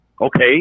okay